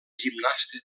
gimnasta